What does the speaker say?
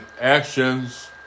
actions